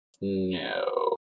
No